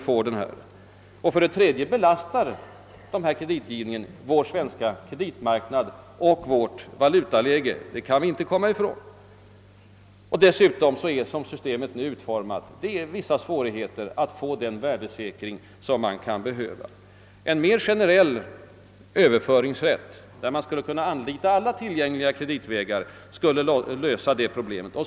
För det tredje belastar denna kreditgivning vår svenska kreditmarknad och försämrar vårt valutaläge — det kan vi inte komma ifrån. Dessutom föreligger som systemet nu är utformat vissa svå righeter att åstadkomma den värdesäkring man kan behöva. En mer generell överföringsrätt som gjorde det möjligt att anlita alla tillgängliga kreditvägar skulle lösa det problemet.